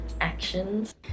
actions